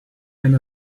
and